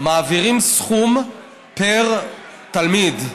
מעבירים סכום פר תלמיד,